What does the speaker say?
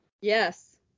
yes